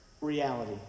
reality